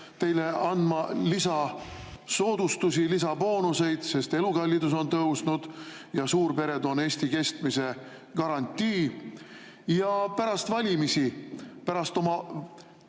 teile andma lisasoodustusi, lisaboonuseid, sest elukallidus on tõusnud ja suurpered on Eesti kestmise garantii, ja pärast valimisi, pärast oma